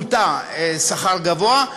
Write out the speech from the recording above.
מוטה שכר גבוה,